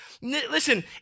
Listen